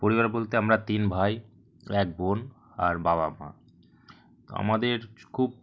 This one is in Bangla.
পরিবার বলতে আমরা তিন ভাই এক বোন আর বাবা মা আমাদের খুব